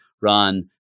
run